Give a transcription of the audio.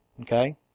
Okay